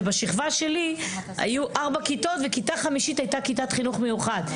ובשכבה שלי היו ארבע כיתות וכיתה חמישית הייתה כיתת חינוך מיוחד.